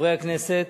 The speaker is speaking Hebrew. חברי הכנסת,